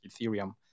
Ethereum